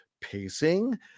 pacing